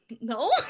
no